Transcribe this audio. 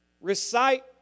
recite